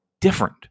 different